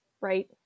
right